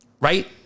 Right